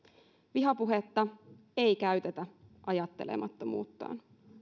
vihapuhetta ei käytetä ajattelemattomuuttaan